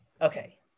Okay